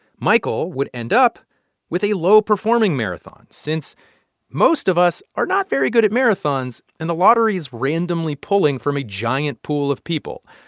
michael would end up with a low-performing marathon since most of us are not very good at marathons and the lottery's randomly pulling from a giant pool of people,